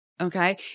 Okay